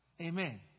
Amen